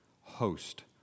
host